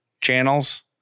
channels